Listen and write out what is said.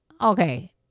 Okay